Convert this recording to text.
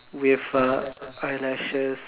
with uh eyelashes